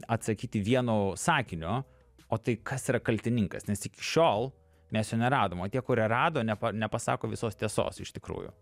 atsakyti vienu sakiniu o tai kas yra kaltininkas nes iki šiol mes jo neradom o tie kurie rado ne pa nepasako visos tiesos iš tikrųjų